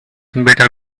better